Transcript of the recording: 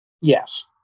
Yes